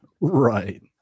Right